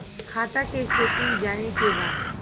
खाता के स्टेटमेंट जाने के बा?